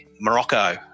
Morocco